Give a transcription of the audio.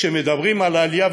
כשמדברים על העלייה,